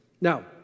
Now